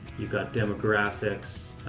you've got demographics,